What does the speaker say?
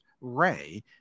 Ray